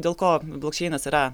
dėl ko blok čeinas yra